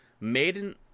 Maiden